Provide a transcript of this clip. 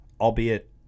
albeit